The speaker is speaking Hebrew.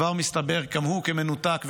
מסתבר שגם הוא מנותק,